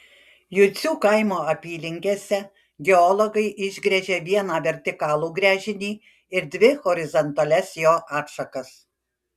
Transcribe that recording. jucių kaimo apylinkėse geologai išgręžė vieną vertikalų gręžinį ir dvi horizontalias jo atšakas